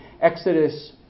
Exodus